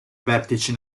vertici